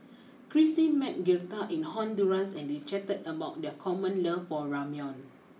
Krissy met Girtha in Honduras and they chatted about their common love for Ramyeon